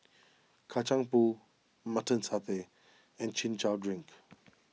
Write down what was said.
Kacang Pool Mutton Satay and Chin Chow Drink